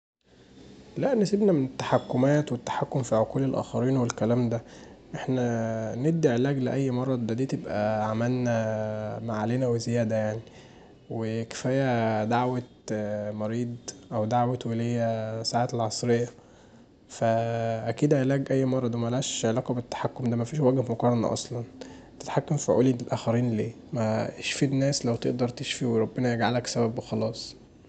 لا نسيبنا من التحكمات والتحكم في عقول الآخرين والكلام دا، احنا ندي علاج لأي مرض دا دي تبقي عملنا اللي علينا وزياده يعني وكفايه دعوة مريض او دعوة وليه ساعة العصرية، أكيد علاح اي مرض وملهاش علاقه بالتحكن دا مفيش وجه مقارنه اصلا، تتحكم في عقول الآخرين ليه اشفي الناس لو تقدر تشفي وربنا يجعلك سبب وخلاص.